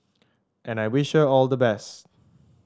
and I wish her all the best